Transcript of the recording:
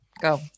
Go